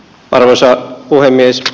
arvoisa puhemies